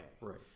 right